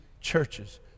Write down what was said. churches